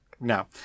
No